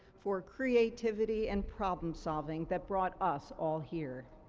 for creativity and problem-solving that brought us all here.